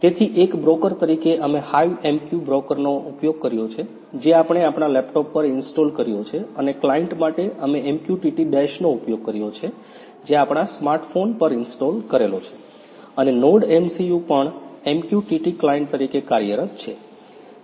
તેથી એક બ્રોકર તરીકે અમે HiveMQ બ્રોકરનો ઉપયોગ કર્યો છે જે આપણે આપણા લેપટોપ પર ઇન્સ્ટોલ કર્યો છે અને ક્લાયંટ માટે અમે MQTT ડેશનો ઉપયોગ કર્યો છે જે આપણા સ્માર્ટ ફોન પર ઇન્સ્ટોલ કરેલો છે અને NodeMCU પણ MQTT ક્લાયંટ તરીકે કાર્યરત છે